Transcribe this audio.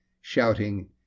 shouting